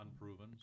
unproven